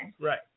Right